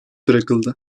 bırakıldı